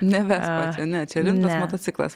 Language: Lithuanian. ne vespa čia ne čia rimtas motociklas